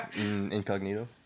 Incognito